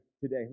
today